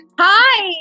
Hi